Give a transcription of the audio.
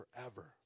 forever